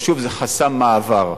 ושוב, זה חסם מעבר.